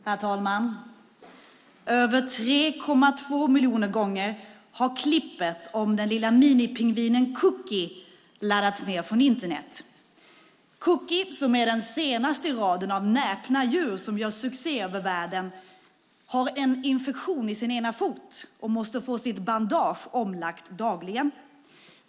Herr talman! Över 3,2 miljoner gånger har klippet om den lilla minipingvinen Cookie laddats ned från Internet. Cookie, som är den senaste i raden av näpna djur som gör succé över världen, har en infektion i sin ena fot och måste få sitt bandage omlagt dagligen.